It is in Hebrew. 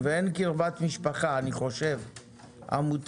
יכנס להרפתקה כלכלית מטורפת וסיכון כל מה שהם עמלו